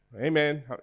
Amen